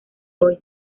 hoy